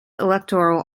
electoral